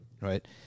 Right